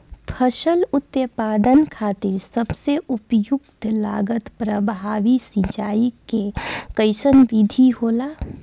फसल उत्पादन खातिर सबसे उपयुक्त लागत प्रभावी सिंचाई के कइसन विधि होला?